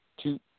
two